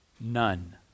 None